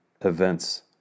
events